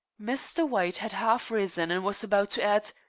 mr. white had half risen and was about to add,